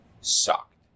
sucked